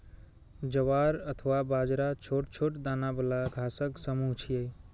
ज्वार अथवा बाजरा छोट छोट दाना बला घासक समूह छियै